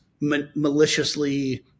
maliciously